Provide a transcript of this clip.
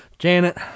Janet